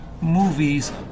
movies